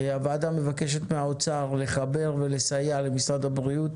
הוועדה מבקשת מהאוצר לחבר ולסייע למשרד הבריאות